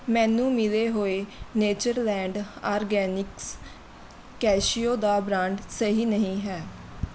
ਮੈਨੂੰ ਮਿਲੇ ਹੋਏ ਨੇਚਰਲੈਂਡ ਆਰਗੈਨਿਕਸ ਕੈਸ਼ਿਊ ਦਾ ਬ੍ਰਾਂਡ ਸਹੀ ਨਹੀਂ ਹੈ